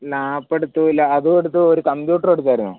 ലാപ്പെടുത്തു അതും എടുത്തു ഒരു കമ്പ്യൂട്ടറും എടുത്തായിരുന്നു